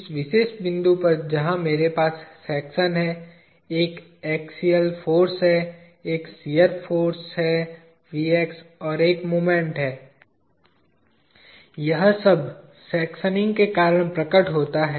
इस विशेष बिंदु पर जहां मेरे पास सेक्शन है एक अक्षीय फाॅर्स है एक शियर फाॅर्स है और एक मोमेंट है यह सब सेक्शनिंग के कारण प्रकट होता है